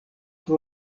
pri